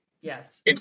yes